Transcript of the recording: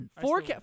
four